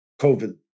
COVID